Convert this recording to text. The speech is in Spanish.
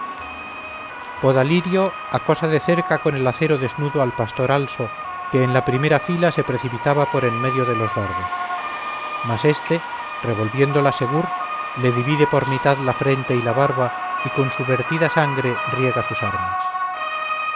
espada podalirio acosa de cerca con el acero desnudo al pastor also que en la primera fila se precipitaba por en medio de los dardos mas este revolviendo la segur le divide por mitad la frente y la barba y con su vertida sangre riega sus armas